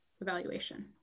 evaluation